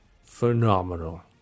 phenomenal